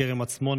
כרם עצמונה,